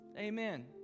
Amen